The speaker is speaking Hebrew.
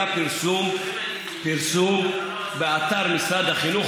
היה פרסום באתר משרד החינוך,